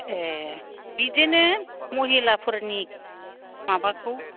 ए बिदिनो महिलाफोरनि माबाखौ